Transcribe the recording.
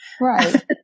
Right